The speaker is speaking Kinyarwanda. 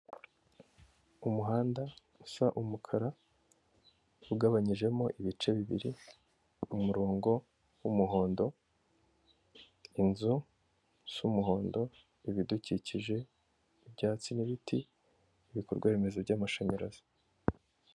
Umuhanda usa umukara ugabanyijemo ibice bibiri, umurongo w'umuhondo, inzu z'umuhondo, ibidukikije ibyatsi n'ibiti n'ibikorwaremezo by'amashanyarazi.